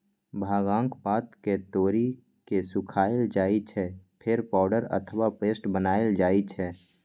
भांगक पात कें तोड़ि के सुखाएल जाइ छै, फेर पाउडर अथवा पेस्ट बनाएल जाइ छै